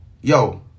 yo